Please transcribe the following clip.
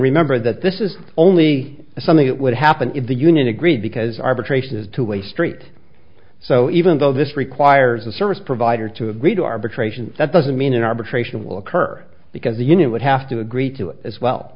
remember that this is only something that would happen if the union agreed because arbitration is two way street so even though this requires a service provider to agree to arbitration that doesn't mean an arbitration will occur because the union would have to agree to it as well